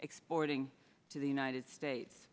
exporting to the united states